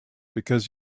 because